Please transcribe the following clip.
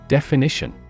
Definition